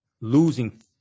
losing